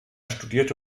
studierte